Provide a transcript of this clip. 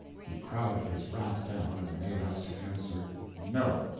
he crowded his wrath down and made out to answer no.